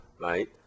right